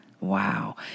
Wow